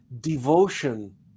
devotion